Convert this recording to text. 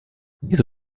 diese